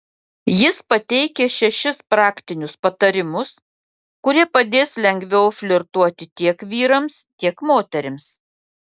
jis pateikia šešis praktinius patarimus kurie padės lengviau flirtuoti tiek vyrams tiek moterims